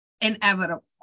inevitable